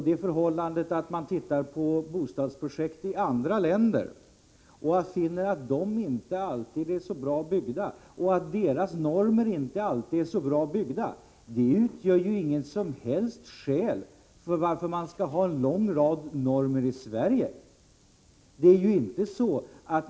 Det förhållandet att utskottet tittar på bostadsprojekt i andra länder och då finner att dessa länders normer inte alltid är så bra utgör inget som helst skäl för att vi skall ha en lång rad normer i Sverige.